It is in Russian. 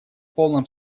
полном